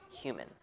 human